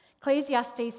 Ecclesiastes